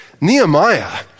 Nehemiah